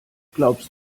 glaubst